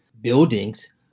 buildings